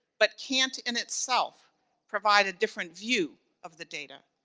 but can't in itself provide a different view of the data,